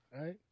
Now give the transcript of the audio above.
Right